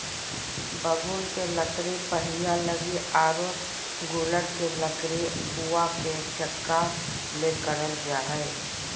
बबूल के लकड़ी पहिया लगी आरो गूलर के लकड़ी कुआ के चकका ले करल जा हइ